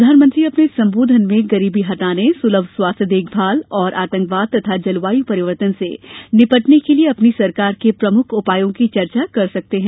प्रधानमंत्री अपने संबोधन में गरीबी हटाने सुलभ स्वास्थ्य देखभाल तथा आतंकवाद और जलवायू परिवर्तन से निपटने के लिए अपनी सरकार के प्रमुख उपायों की चर्चा कर सकते हैं